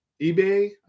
eBay